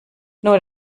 nur